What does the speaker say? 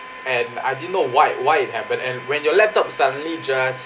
and I didn't know why why it happened and when your laptop suddenly just